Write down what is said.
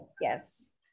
yes